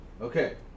okay